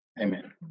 Amen